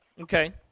Okay